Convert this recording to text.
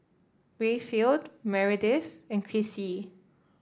Rayfield Meredith and Krissy